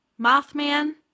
Mothman